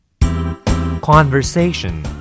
Conversation